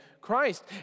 Christ